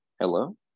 Hello